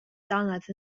dannedd